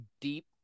deep